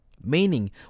Meaning